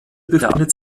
befindet